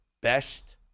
best